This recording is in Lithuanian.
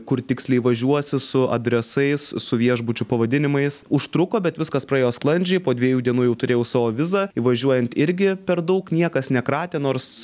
kur tiksliai važiuosi su adresais su viešbučių pavadinimais užtruko bet viskas praėjo sklandžiai po dviejų dienų jau turėjau savo vizą įvažiuojant irgi per daug niekas nekratė nors